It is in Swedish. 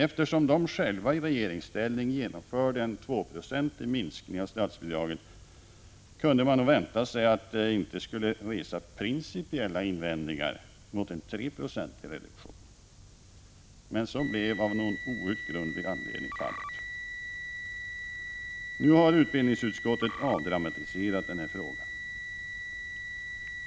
Eftersom de själva i regeringsställning genomförde en 2-procentig minskning av statsbidragen, kunde man vänta sig att de inte skulle resa principiella invändningar mot en 3-procentig reduktion. Så blev av någon outgrundlig anledning fallet. Nu har utskottet avdramatiserat frågan.